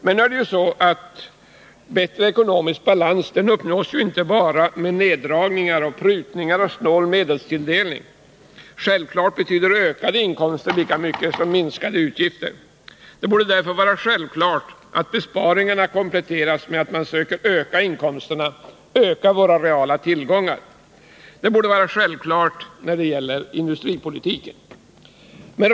Men nu är det så att en bättre ekonomisk balans inte uppnås bara genom neddragningar, prutningar och snål medelstilldelning. Självfallet betyder ökade inkomster lika mycket som minskade utgifter. Det borde därför vara självklart att besparingarna kompletteras med att man söker öka inkomsterna, öka våra reala tillgångar. Detta borde vara självklart när det gäller industripolitiken.